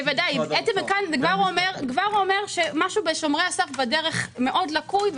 זה כבר אומר שמשהו בשומרי הסף בדרך מאוד לקוי,